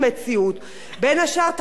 בין השאר תחלואה וליקויים,